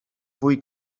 fwy